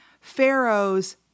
Pharaoh's